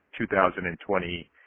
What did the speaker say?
2020